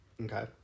Okay